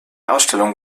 ausstellung